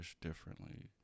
differently